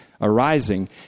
arising